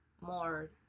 more